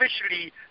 officially